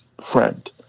friend